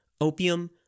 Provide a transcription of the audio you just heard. opium